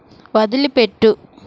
వదిలిపెట్టు